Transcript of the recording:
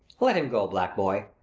let him go, black boy!